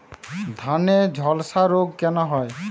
ধানে ঝলসা রোগ কেন হয়?